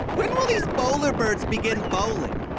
when will these bowler birds begin bowling?